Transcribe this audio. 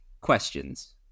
questions